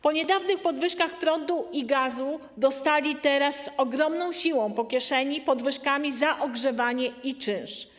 Po niedawnych podwyżkach prądu i gazu dostali teraz z ogromną siłą po kieszeni podwyżkami za ogrzewanie i czynsz.